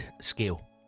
scale